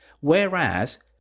whereas